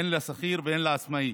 הן לשכיר והן לעצמאי.